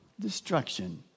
Destruction